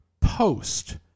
post